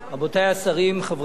אולי תגיד לנו משהו על ההצבעה,